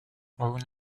own